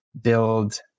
build